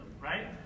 right